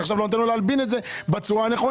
אתה עכשיו לא נותן לו להלבין את זה בצורה הנכונה.